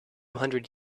hundred